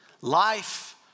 Life